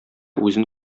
үзен